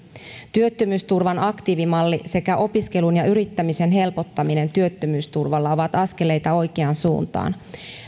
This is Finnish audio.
työttömyysturvan aktiivimalli sekä opiskelun ja yrittämisen helpottaminen työttömyysturvalla ovat askeleita oikeaan suuntaan